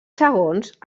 segons